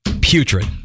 Putrid